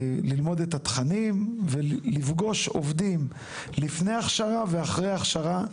ללמוד את התכנים ולפגוש עובדים לפני הכשרה ואחרי הכשרה.